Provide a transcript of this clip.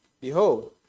Behold